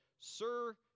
Sir